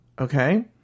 okay